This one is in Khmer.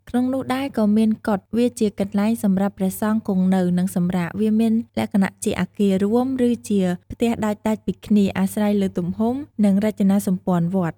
ក្នុងនោះដែរក៏មាន កុដិ វាជាកន្លែងសម្រាប់ព្រះសង្ឃគង់នៅ និងសម្រាក វាមានលក្ខណៈជាអគាររួម ឬជាផ្ទះដាច់ៗពីគ្នា អាស្រ័យលើទំហំ និងរចនាសម្ព័ន្ធវត្ត។